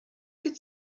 could